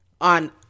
on